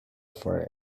for